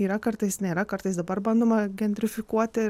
yra kartais nėra kartais dabar bandoma gentrifikuoti